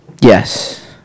Yes